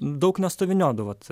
daug nestoviniuodavot